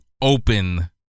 open